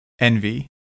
envy